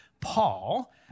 Paul